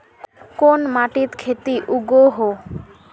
कोन माटित खेती उगोहो?